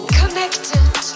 connected